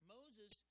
Moses